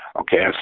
Okay